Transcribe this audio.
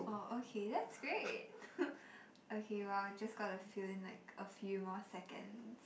oh okay that's great okay well just gotta fill in like a few more seconds